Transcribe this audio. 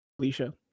alicia